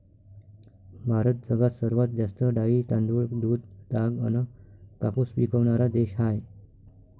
भारत जगात सर्वात जास्त डाळी, तांदूळ, दूध, ताग अन कापूस पिकवनारा देश हाय